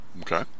Okay